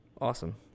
Awesome